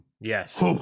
Yes